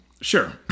Sure